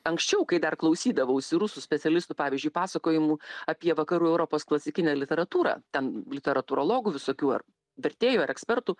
anksčiau kai dar klausydavausi rusų specialistų pavyzdžiui pasakojimų apie vakarų europos klasikinę literatūrą ten literatūrologų visokių ar vertėjų ar ekspertų